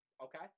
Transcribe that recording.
Okay